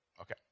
Okay